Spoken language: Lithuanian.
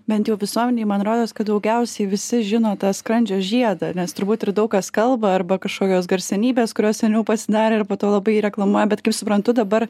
bent jau visuomenėj man rodos kad daugiausiai visi žino tą skrandžio žiedą nes turbūt ir daug kas kalba arba kažkokios garsenybės kurios seniau pasidarė ir po to labai reklamuoja bet kaip suprantu dabar